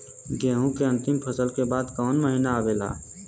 गेहूँ के अंतिम फसल के बाद कवन महीना आवेला?